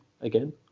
again